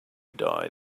die